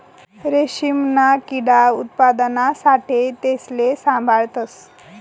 रेशीमना किडा उत्पादना साठे तेसले साभाळतस